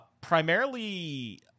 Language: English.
primarily